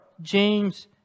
James